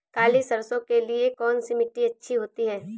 काली सरसो के लिए कौन सी मिट्टी अच्छी होती है?